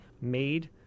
made